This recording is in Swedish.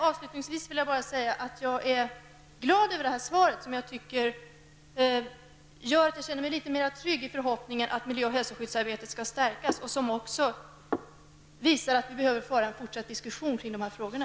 Avslutningsvis vill jag bara säga att jag är glad över svaret, som gör att jag känner mig litet mera trygg i förhoppningen att miljö och hälsoskyddsarbetet skall stärkas och som även visar att vi måste föra en fortsatt diskussion om de här frågorna.